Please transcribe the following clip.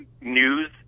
news